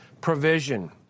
provision